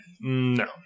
No